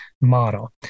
model